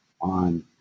on